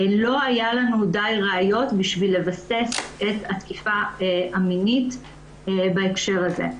לא היו לנו די ראיות בשביל לבסס את התקיפה המינית בהקשר הזה.